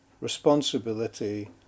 responsibility